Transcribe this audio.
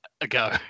ago